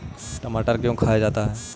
टमाटर क्यों खाया जाता है?